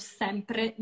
sempre